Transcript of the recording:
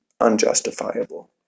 unjustifiable